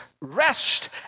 rest